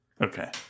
Okay